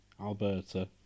Alberta